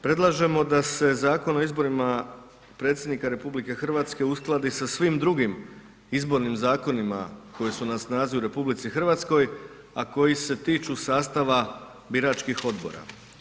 Predlažemo da se Zakon o izborima predsjednika RH uskladi sa svim drugim izbornim zakonima koji su na snazi u RH, a koji se tiču sastava biračkih odbora.